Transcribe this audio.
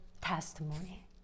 testimony